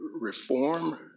reform